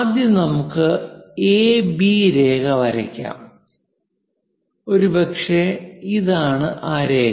ആദ്യം നമുക്ക് AB രേഖ വരയ്ക്കാം ഒരുപക്ഷേ ഇതാണ് ആ രേഖ